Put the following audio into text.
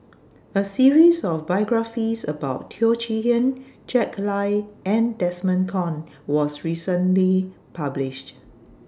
A series of biographies about Teo Chee Hean Jack Lai and Desmond Kon was recently published